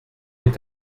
est